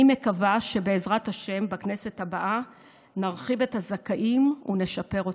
אני מקווה שבעזרת השם בכנסת הבאה נרחיב את הזכאים ונשפר אותה.